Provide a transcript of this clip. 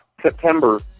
September